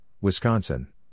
Wisconsin